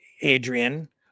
Adrian